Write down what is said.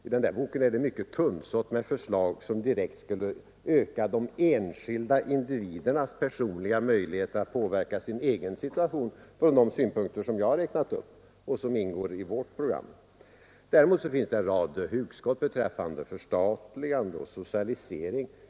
I den här boken är det mycket tunnsått med förslag som direkt skulle öka den enskilda individens personliga möjligheter att påverka sin egen situation från de synpunkter som jag räknat upp och som ingår i vårt program. Däremot finns det en rad hugskott beträffande förstatligande och socialisering.